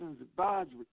Advisory